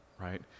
right